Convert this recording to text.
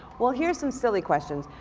well here's some silly questions.